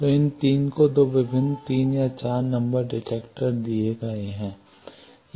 तो इन 3 को 2 विभिन्न 3 या 4 नंबर डिटेक्टर दिए गए हैं